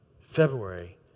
February